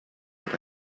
what